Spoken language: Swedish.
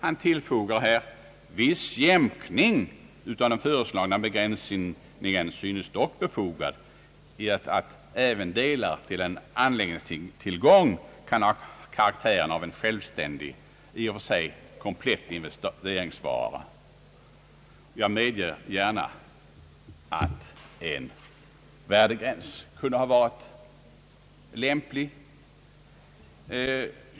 Han tillfogar att viss jämkning av den föreslagna begränsningen dock synes befogad, i det att även delar till en anläggningstillgång kan ha karaktären av en självständig, i och för sig komplett investeringsvara. Jag medger gärna att en värdegräns kunde ha varit lämplig.